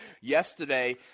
yesterday